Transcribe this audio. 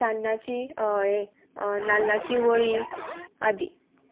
तान्नाची हें नाल्लाची वळी आदी